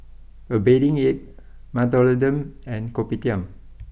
a Bathing Ape Mentholatum and Kopitiam